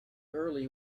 early